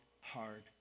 hard